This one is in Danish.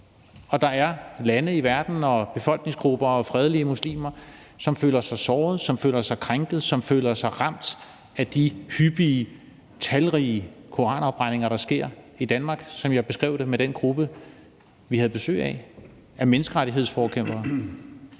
Og der er lande og befolkningsgrupper og fredelige muslimer, som føler sig såret, krænket og ramt af de talrige koranafbrændinger, der sker i Danmark, hvilket, som jeg beskrev, var tilfældet i den gruppe menneskerettighedsforkæmpere,